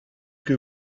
que